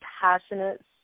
passionate